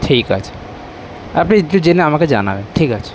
ঠিক আছে আপনি একটু জেনে আমাকে জানাবেন ঠিক আছে